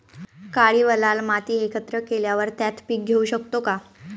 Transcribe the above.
काळी व लाल माती एकत्र केल्यावर त्यात पीक घेऊ शकतो का?